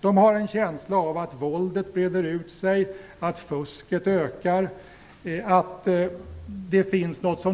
De har en känsla av att våldet breder ut sig, att fusket ökar och att